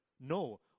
No